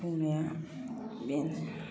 बुंनाया बेनो